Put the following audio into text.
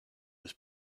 was